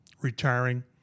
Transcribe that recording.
retiring